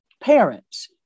parents